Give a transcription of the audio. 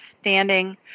standing